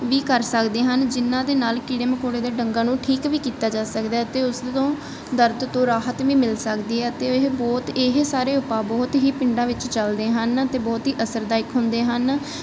ਵੀ ਕਰ ਸਕਦੇ ਹਨ ਜਿਹਨਾਂ ਦੇ ਨਾਲ ਕੀੜੇ ਮਕੌੜੇ ਦੇ ਡੰਗਾਂ ਨੂੰ ਠੀਕ ਵੀ ਕੀਤਾ ਜਾ ਸਕਦਾ ਅਤੇ ਉਸਦੇ ਤੋਂ ਦਰਦ ਤੋਂ ਰਾਹਤ ਵੀ ਮਿਲ ਸਕਦੀ ਹੈ ਅਤੇ ਇਹ ਬਹੁਤ ਇਹ ਸਾਰੇ ਉਪਾਅ ਬਹੁਤ ਹੀ ਪਿੰਡਾਂ ਵਿੱਚ ਚਲਦੇ ਹਨ ਅਤੇ ਬਹੁਤ ਹੀ ਅਸਰਦਾਇਕ ਹੁੰਦੇ ਹਨ ਸਾਰੇ